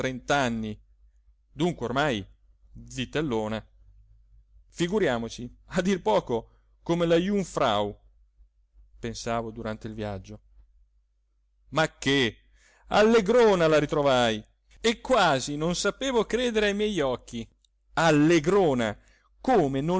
dunque ormai zitellona figurimoci a dir poco come la jungfrau pensavo durante il viaggio ma che allegrona la ritrovai e quasi non sapevo credere ai miei occhi allegrona come